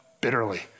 bitterly